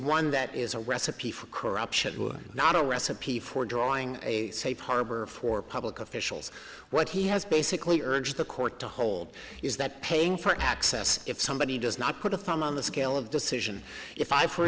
one that is a recipe for corruption not a recipe for drawing a safe harbor for public officials what he has basically urged the court to hold is that paying for access if somebody does not put a thumb on the scale of decision if i for